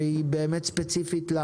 שהיא באמת ספציפית.